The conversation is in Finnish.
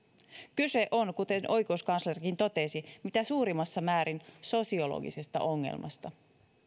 kyse on kuten oikeuskanslerikin totesi mitä suurimmassa määrin sosiologisesta ongelmasta